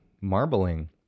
marbling